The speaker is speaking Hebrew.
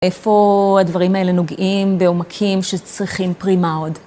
איפה הדברים האלה נוגעים בעומקים שצריכים פרימה עוד?